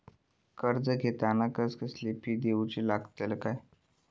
कर्ज घेताना कसले फी दिऊचे लागतत काय?